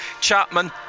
Chapman